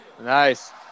Nice